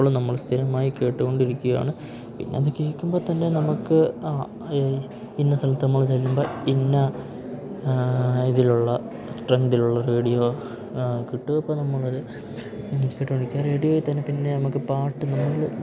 ഇപ്പോഴും നമ്മൾ സ്ഥിരമായി കേട്ട് കൊണ്ടിരിക്കുകയാണ് അത് കേൾക്കുമ്പം തന്നെ നമുക്ക് ആ ഈ ഇന്ന സ്ഥലത്ത് നമ്മൾ ചെല്ലുമ്പം ഇന്ന ഇതിലുള്ള സ്ട്രെങ്ങ്ത്തിലുള്ള റേഡിയോ കിട്ടും അപ്പോൾ നമ്മളത് കേട്ടു കൊണ്ടിരിക്കുക റേഡിയോയിൽ തന്നെ പിന്നെ നമുക്ക് പാട്ട് നമ്മൾ